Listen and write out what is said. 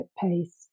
pace